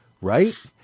Right